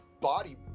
body